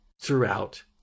throughout